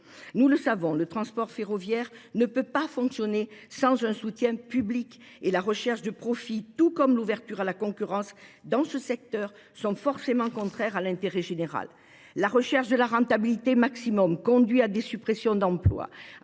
Nous le savons, le transport ferroviaire ne peut pas fonctionner sans un soutien public et la recherche de profits tout comme l'ouverture à la concurrence dans ce secteur sont forcément contraires à l'intérêt général. La recherche de la rentabilité maximum conduit à des suppressions d'emplois,